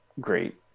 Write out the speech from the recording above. great